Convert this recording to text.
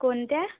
कोणत्या